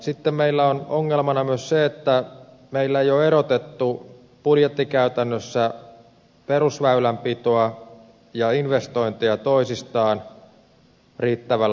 sitten meillä on ongelmana myös se että meillä ei ole erotettu budjettikäytännössä perusväylänpitoa ja investointeja toisistaan riittävällä tavalla